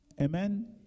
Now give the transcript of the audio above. Amen